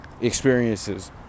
experiences